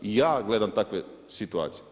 I ja gledam takve situacije.